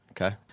Okay